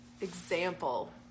example